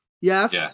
Yes